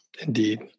Indeed